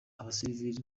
abasivili